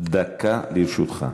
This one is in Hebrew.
דקה לרשותך.